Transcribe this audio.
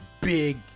big